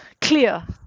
clear